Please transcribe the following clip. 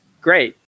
great